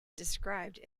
described